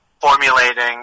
Formulating